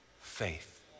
faith